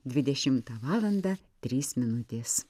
dvidešimtą valandą trys minutės